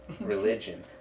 Religion